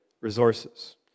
resources